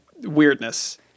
weirdness